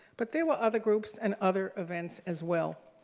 but there were other groups and other events as well.